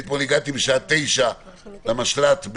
אני אתמול הגעתי בשעה 21:00 למשל"ט.